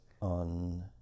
on